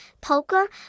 poker